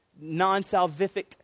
non-salvific